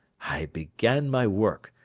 i began my work,